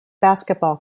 basketball